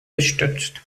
gestützt